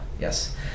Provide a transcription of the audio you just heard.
yes